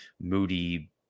moody